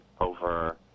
over